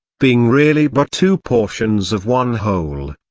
being really but two portions of one whole,